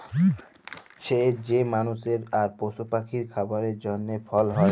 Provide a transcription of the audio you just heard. ছের যে মালুসের আর পশু পাখির খাবারের জ্যনহে ফল হ্যয়